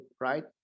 right